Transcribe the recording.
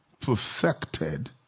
perfected